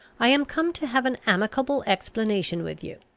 i am come to have an amicable explanation with you.